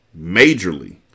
Majorly